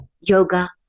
Yoga